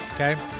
Okay